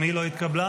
התקבלה.